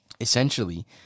essentially